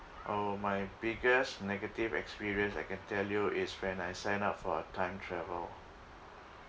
oh my biggest negative experience I can tell you is when I sign up for a time travel